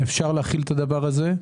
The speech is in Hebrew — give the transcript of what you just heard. אפשר להחיל את הדבר הזה,